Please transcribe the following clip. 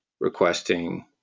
requesting